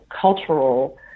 cultural